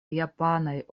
japanaj